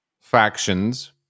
factions